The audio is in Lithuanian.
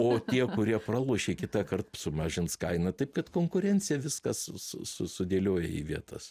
o tie kurie pralošė kitąkart sumažins kainą taip kad konkurencija viskas su su susidėlioja į vietas